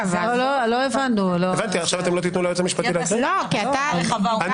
המשפטי לוועדה, יש חוות